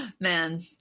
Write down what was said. Man